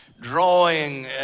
drawing